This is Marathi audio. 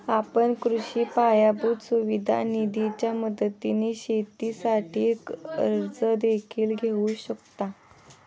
आपण कृषी पायाभूत सुविधा निधीच्या मदतीने शेतीसाठी कर्ज देखील घेऊ शकता